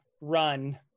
run